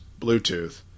Bluetooth